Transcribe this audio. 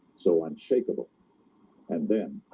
so unshakable and then